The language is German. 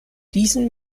diesen